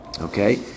okay